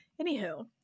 Anywho